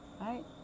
right